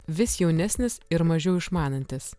vis jaunesnis ir mažiau išmanantis